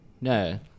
No